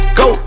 go